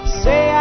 say